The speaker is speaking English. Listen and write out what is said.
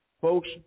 folks